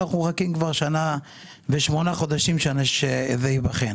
ואנחנו מחכים כבר שנה ושמונה חודשים שזה ייבחן.